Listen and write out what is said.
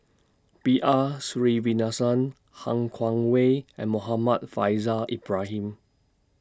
B R Sreenivasan Han Guangwei and Muhammad Faishal Ibrahim